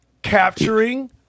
Capturing